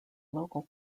local